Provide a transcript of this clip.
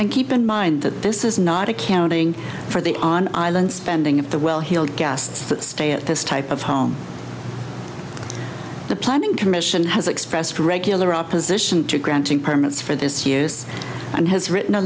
and keep in mind that this is not accounting for the on island spending of the well heeled guests that stay at this type of home the planning commission has expressed regular opposition to granting permits for this use and has written a